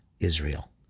Israel